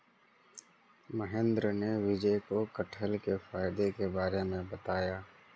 महेंद्र ने विजय को कठहल के फायदे के बारे में बताया